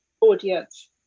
audience